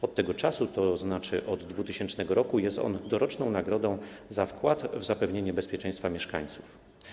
Od tego czasu, to znaczy od 2000 r., jest on doroczną nagrodą za wkład w zapewnienie bezpieczeństwa mieszkańców.